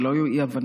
שלא יהיו אי-הבנות,